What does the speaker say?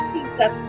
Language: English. Jesus